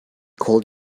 cold